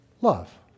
love